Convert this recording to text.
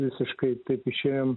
visiškai taip išėjom